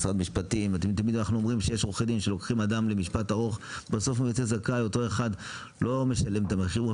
משרד המשפטים אותו אחד לא משלם את המחיר,